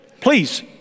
please